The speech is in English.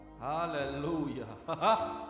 Hallelujah